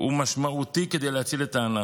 הוא משמעותי כדי להציל את הענף,